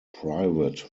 private